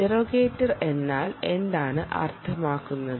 interrogator എന്നാൽ എന്താണ് അർത്ഥമാക്കുന്നത്